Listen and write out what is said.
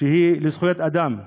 שהיא לזכויות אדם.